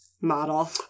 model